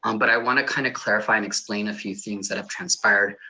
um but i wanna kind of clarify and explain a few things that have transpired.